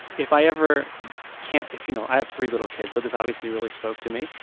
if i ever can't if you know, i have three little kids, so this obviously really spoke to me,